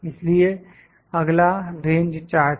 इसलिए अगला range chart है